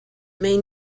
may